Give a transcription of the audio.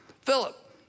Philip